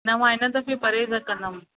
त मां हिन दफ़े परेज कंदमि